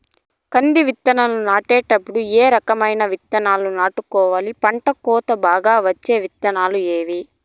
కంది విత్తనాలు నాటేటప్పుడు ఏ రకం విత్తనాలు నాటుకోవాలి, పంట కోత బాగా వచ్చే విత్తనాలు ఏవీ?